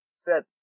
set